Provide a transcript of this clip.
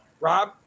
Rob